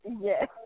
Yes